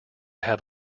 have